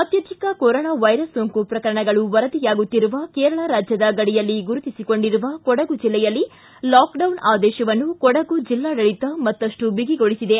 ಅತ್ಪಧಿಕ corona virus ಸೋಂಕು ಪ್ರಕರಣಗಳು ವರದಿಯಾಗುತ್ತಿರುವ ಕೇರಳ ರಾಜ್ದದ ಗಡಿಯಲ್ಲಿ ಗುರುತಿಸಿಕೊಂಡಿರುವ ಕೊಡಗು ಜಿಲ್ಲೆಯಲ್ಲಿ ಲಾಕ್ಡೌನ್ ಆದೇಶವನ್ನು ಕೊಡಗು ಜಿಲ್ಲಾಡಳಿತ ಮತ್ತಷ್ಟು ಬಿಗಿಗೊಳಿಸಿದೆ